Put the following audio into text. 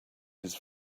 his